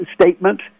statement